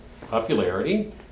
popularity